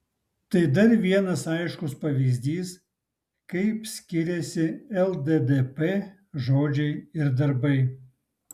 tai dar vienas aiškus pavyzdys kaip skiriasi lddp žodžiai ir darbai